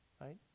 right